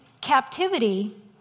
captivity